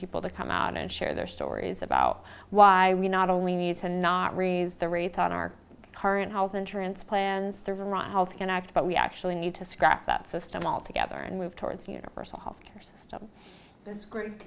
people to come out and share their stories about why we not only need to not raise the rates on our current health insurance plans to run health care act but we actually need to scrap that system altogether and move towards universal health care system this gr